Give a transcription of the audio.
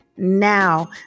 Now